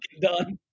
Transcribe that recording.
done